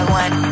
one